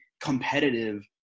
competitive